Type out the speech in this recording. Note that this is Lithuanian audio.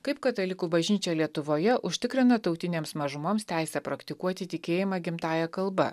kaip katalikų bažnyčia lietuvoje užtikrina tautinėms mažumoms teisę praktikuoti tikėjimą gimtąja kalba